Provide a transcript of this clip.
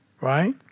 right